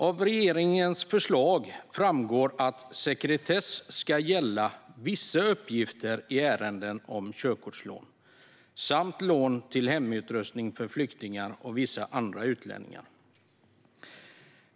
Av regeringens förslag framgår att sekretess ska gälla vissa uppgifter i ärenden om "körkortslån samt lån till hemutrustning för flyktingar och vissa andra utlänningar".